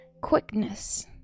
Quickness